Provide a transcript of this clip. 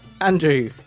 Andrew